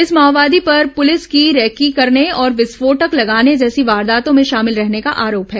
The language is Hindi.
इस माओवादी पर पुलिस की रेकी करने और विस्फोटक लगाने जैसी वारदातों में शामिल रहने का आरोप है